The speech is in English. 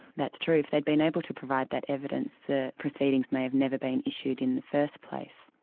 that's true. if they'd been able to provide that evidence, the proceedings may have never been issued in the first place.